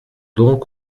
donc